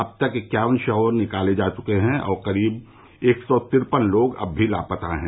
अब तक इक्यावन शव निकाले जा चुके हैं और करीब एक सौ तिरपन लोग अभी भी लापता हैं